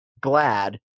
Glad